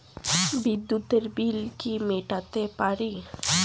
বিদ্যুতের বিল কি মেটাতে পারি?